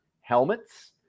helmets